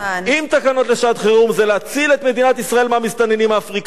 אם תקנות לשעת-חירום זה להציל את מדינת ישראל מהמסתננים האפריקנים.